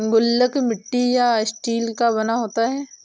गुल्लक मिट्टी या स्टील का बना होता है